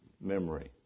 memory